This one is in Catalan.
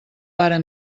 pare